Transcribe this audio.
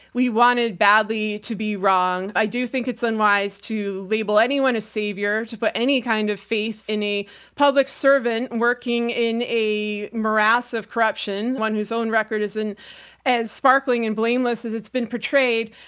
we wanted badly to be wrong. i do think it's unwise to label anyone a savior to put any kind of faith in a public servant working in a morass of corruption, one who's own record isn't as sparkling and blameless as it's been portrayed.